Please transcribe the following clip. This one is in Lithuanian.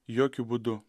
jokiu būdu